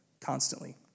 constantly